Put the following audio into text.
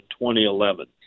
2011